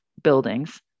buildings